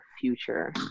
future